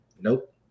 nope